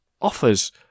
offers